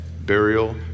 burial